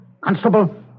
Constable